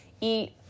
eat